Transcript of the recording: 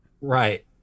Right